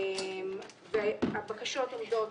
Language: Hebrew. הבקשות עומדות